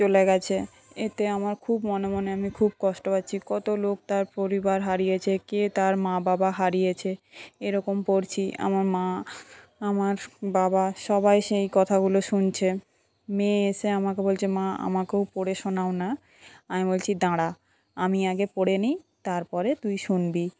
চলে গেছে এতে আমার খুব মনে মনে আমি খুব কষ্ট পাচ্ছি কত লোক তার পরিবার হারিয়েছে কে তার মা বাবা হারিয়েছে এরকম পড়ছি আমার মা আমার বাবা সবাই সেই কথাগুলো শুনছে মেয়ে এসে আমাকে বলছে মা আমাকেও পড়ে শোনাও না আমি বলছি দাঁড়া আমি আগে পড়ে নি তারপরে তুই শুনবি